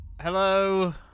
Hello